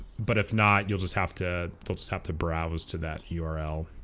but if not you'll just have to they'll just have to browse to that yeah url